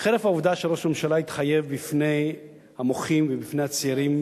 חרף העובדה שראש הממשלה התחייב בפני המוחים ובפני הצעירים